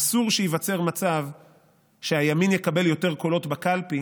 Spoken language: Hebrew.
אסור שייווצר מצב שהימין יקבל יותר קולות בקלפי